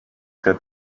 said